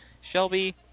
Shelby